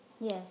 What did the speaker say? Yes